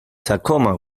tacoma